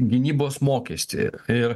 gynybos mokestį ir